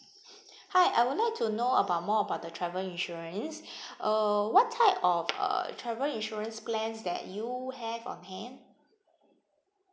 hi I would like to know about more about the travel insurance uh what type of uh travel insurance plans that you have on hand